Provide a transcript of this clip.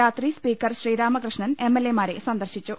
രാത്രി speaker Sreeramakrishnan MLA മാരെ സന്ദർശി ച്ചു